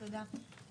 תודה.